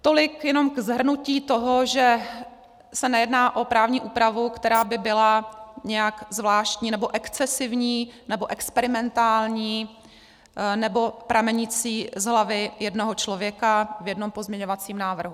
Tolik jenom k shrnutí toho, že se nejedná o právní úpravu, která by byla nějak zvláštní nebo excesivní nebo experimentální nebo pramenící z hlavy jednoho člověka v jednom pozměňovacím návrhu.